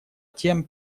тем